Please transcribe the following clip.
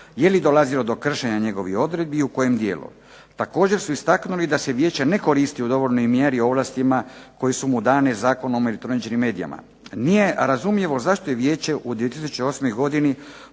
jeli dolazilo do kršenja njegovih odredbi i u kojem dijelu. Također su istaknuli da se vijeće ne koristi u dovoljnoj mjeri ovlastima koje su mu dane Zakonom o elektroničkim medijima. Nije razumljivo zašto je vijeće u 2008. godini